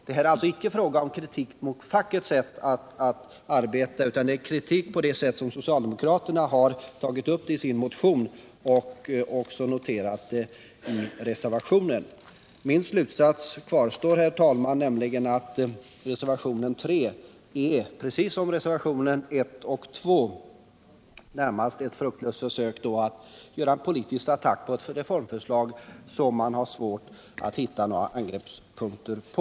Det är alltså inte fråga om kritik mot fackets sätt att arbeta utan mot socialdemokraternas skrivning i motionen och även i reservationen. Min slutsats kvarstår, herr talman, nämligen att reservationen 3 närmast är, precis som reservationerna 1 och 2, ett fruktlöst försök att politiskt altackera ett reformförslag som man har svårt att hitta några angreppspunkter på.